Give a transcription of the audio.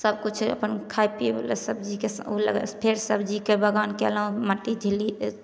सभकिछु अपन खाइ पियै बला सब्जीके ओ फेर सब्जीके बगान केलहुॅं मट्टी झिल्लीके